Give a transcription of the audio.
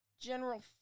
General